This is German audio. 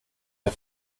der